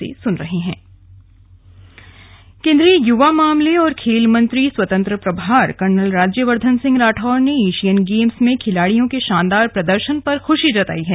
slug खेल मंत्री केंद्रीय युवा मामले और खेल मंत्री स्वतंत्र प्रभार कर्नल राज्यवर्धन सिंह राठौड़ ने एशियन गेम्स में खिलाड़ियों के शानदार प्रदर्शन पर खुशी जताई है